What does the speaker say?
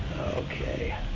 Okay